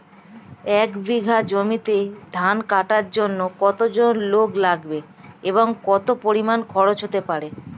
এক বিঘা জমিতে ধান কাটার জন্য কতজন লোক লাগবে এবং কত পরিমান খরচ হতে পারে?